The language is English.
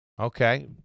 Okay